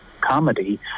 comedy